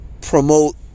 Promote